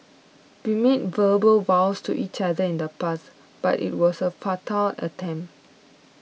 we made verbal vows to each other in the past but it was a futile attempt